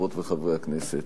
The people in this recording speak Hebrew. חברות וחברי הכנסת,